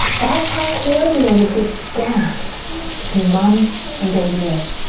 that's how coordinated this dance between mum and baby is.